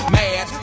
mad